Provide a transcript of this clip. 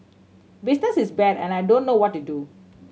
business is bad and I don't know what to do